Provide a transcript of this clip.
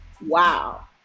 Wow